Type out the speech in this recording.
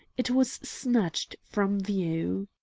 it was snatched from view.